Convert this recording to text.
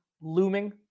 looming